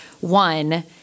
one